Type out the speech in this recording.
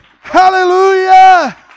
Hallelujah